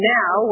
now